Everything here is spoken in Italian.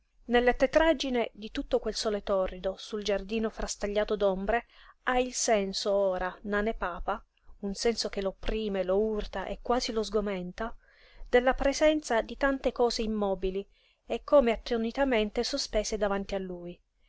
nella tetraggine di tutto quel sole torrido sul giardino frastagliato d'ombre ha il senso ora nane papa un senso che l'opprime lo urta e quasi lo sgomenta della presenza di tante cose immobili e come attonitamente sospese davanti a lui